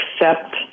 accept